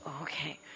okay